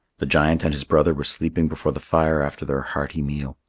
the giant and his brother were sleeping before the fire after their hearty meal.